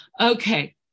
Okay